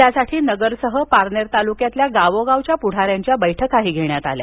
त्यासाठी नगरसह पारनेर तालुक्यातील गावोगावच्या पुढाऱ्यांच्या बैठका घेतल्या